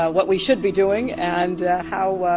ah what we should be doing and how, ah,